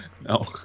no